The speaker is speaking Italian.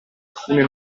alcune